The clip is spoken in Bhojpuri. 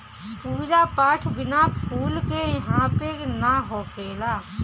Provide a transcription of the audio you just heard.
पूजा पाठ बिना फूल के इहां पे ना होखेला